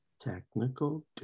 technical